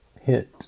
hit